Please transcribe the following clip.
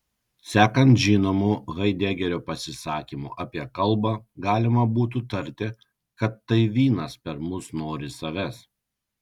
sekant žinomu haidegerio pasisakymu apie kalbą galima būtų tarti kad tai vynas per mus nori savęs